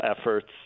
efforts